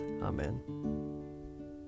Amen